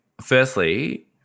firstly